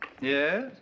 Yes